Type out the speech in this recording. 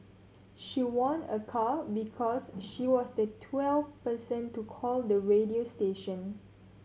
she won a car because she was the twelfth person to call the radio station